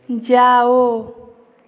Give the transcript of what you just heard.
जाओ